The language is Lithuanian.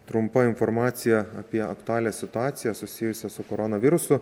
trumpa informacija apie aktualią situaciją susijusią su koronavirusu